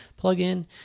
plugin